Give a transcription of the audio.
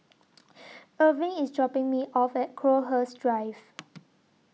Erving IS dropping Me off At Crowhurst Drive